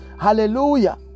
Hallelujah